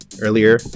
earlier